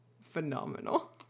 phenomenal